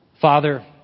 Father